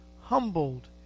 humbled